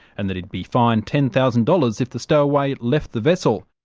and that he'd be fined ten thousand dollars if the stowaway left the vessel.